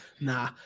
Nah